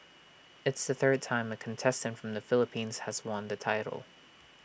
it's the third time A contestant from the Philippines has won the title